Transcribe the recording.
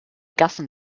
gassen